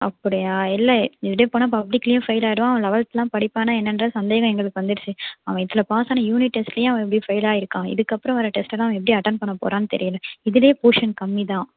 அப்படியா இல்லை இப்படியே போனால் பப்லிக்லேயும் ஃபெயிலாகிடுவான் அவன் லெவல்த்துலாம் படிப்பானா என்னென்றது சந்தேகம் எங்களுக்கு வந்துடுச்சு அவன் இதில் பாஸ்ஸானால் யூனிட் டெஸ்ட்லியே அவன் இப்படி ஃபெயிலாகியிருக்கான் இதுக்கப்புறம் வர டெஸ்ட்டெலாம் அவன் எப்படி அட்டென்ட் பண்ண போகிறான் தெரியலை இதிலயே போஷன் கம்மி தான்